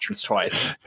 twice